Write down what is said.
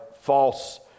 false